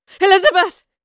Elizabeth